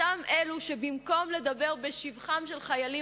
אותם אלו שבמקום לדבר בשבחם של חיילים